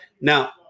now